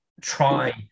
try